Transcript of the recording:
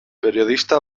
periodista